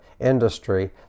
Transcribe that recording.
industry